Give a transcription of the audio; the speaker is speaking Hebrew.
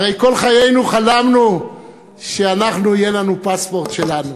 הרי כל חיינו חלמנו שאנחנו, יהיה לנו פספורט שלנו.